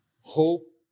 Hope